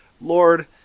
Lord